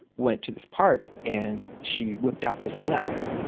went to this park and she whipped out this letter.